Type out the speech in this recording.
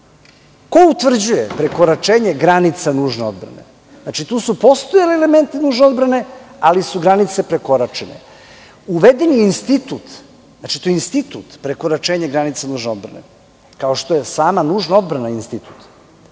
ko utvrđuje prekoračenje granica nužne odbrane? Znači, tu su postojali elementi nužne odbrane, ali su granice prekoračene. Uveden je institut, znači, to je institut prekoračenja granice nužne odbrane, kao što je sama nužna odbrana institut.